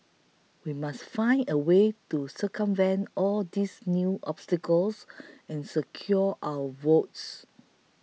we must find a way to circumvent all these new obstacles and secure our votes